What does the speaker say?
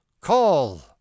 call